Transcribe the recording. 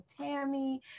Tammy